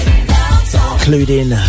Including